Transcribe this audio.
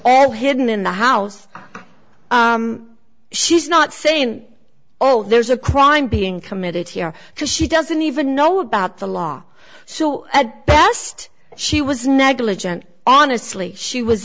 hidden in the house she's not saying oh there's a crime being committed here because she doesn't even know about the law so at best she was negligent honestly she was